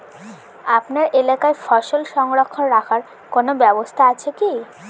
আপনার এলাকায় ফসল সংরক্ষণ রাখার কোন ব্যাবস্থা আছে কি?